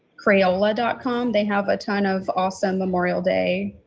crayola dot com. they have a ton of also memorial day.